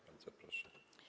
Bardzo proszę.